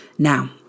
Now